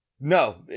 No